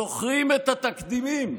זוכרים את התקדימים.